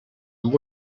amb